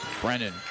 Brennan